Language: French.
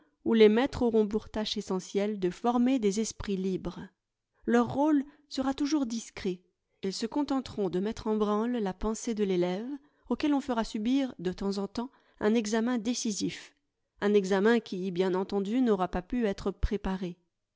où les maîtres auront pour tâche essentielle de former des esprits libres leur rôle sera toujours discret ils se contenteront de mettre en branle la pensée de l'élève auquel on fera subir de temps en temps un examen décisif